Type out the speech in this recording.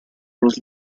cruz